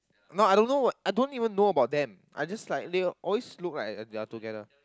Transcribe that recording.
no I don't know I don't even know about them I just like they always look like they are together